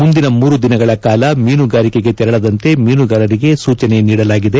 ಮುಂದಿನ ಮೂರು ದಿನಗಳ ಕಾಲ ಮೀನುಗಾರಿಕೆಗೆ ತೆರಳದಂತೆ ಮೀನುಗಾರರಿಗೆ ಸೂಚನೆ ನೀಡಲಾಗಿದೆ